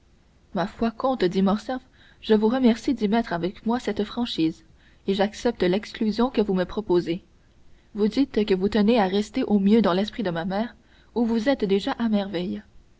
ma foi comte dit morcerf je vous remercie d'y mettre avec moi cette franchise et j'accepte l'exclusion que vous me proposez vous dites que vous tenez à rester au mieux dans l'esprit de ma mère où vous êtes déjà à merveille